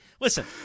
listen